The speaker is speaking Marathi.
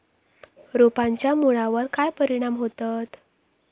रोपांच्या मुळावर काय परिणाम होतत?